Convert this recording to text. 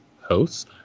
hosts